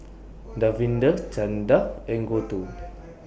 Davinder Chanda and Gouthu